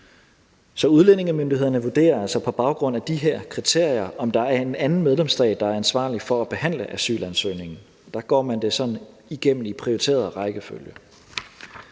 Så udlændingemyndighederne vurderer altså på baggrund af de her kriterier, om der er en anden medlemsstat, der er ansvarlig for at behandle asylansøgningen, og der går man det igennem i prioriteret rækkefølge.